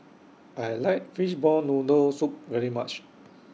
I like Fishball Noodle Soup very much